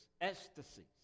ecstasies